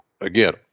again